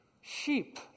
sheep